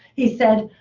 he said,